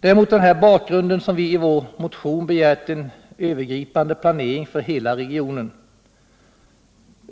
Det är mot denna bakgrund som vi i vår motion har begärt en övergripande planering för hela regionen.